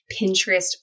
Pinterest